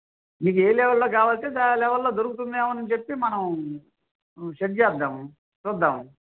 మీకు ఏ లేవల్లో కావాలంటే ఆ లేవల్లో దొరుకుతుంది ఏమో అని చెప్పి మనం సెట్ చేద్దాము చూద్దాము